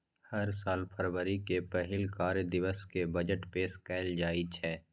हर साल फरवरी के पहिल कार्य दिवस कें बजट पेश कैल जाइ छै